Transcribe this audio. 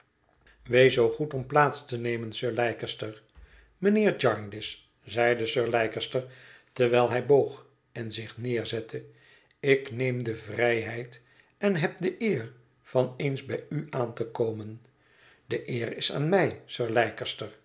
wees zoo goed om plaats te nemen sir leicester mijnheer jarndyce zeide sir leicester terwijl hij boog en zich neerzette ik neem de vrijheid en heb de eer van eens bij u aan te komen de eer is aan mij sir